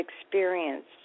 experienced